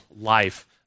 life